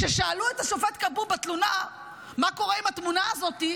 כששאלו את השופט כבוב בתלונה מה קורה עם התמונה הזאת,